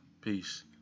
peace